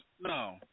No